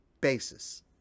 basis